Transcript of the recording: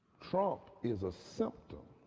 trump is a simple